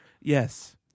Yes